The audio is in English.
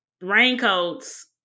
raincoats